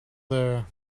there